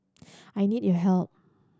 I need your help